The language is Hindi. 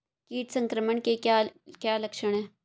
कीट संक्रमण के क्या क्या लक्षण हैं?